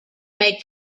made